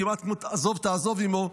כמעט כמו: "עזב תעזב עמו"